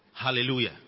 hallelujah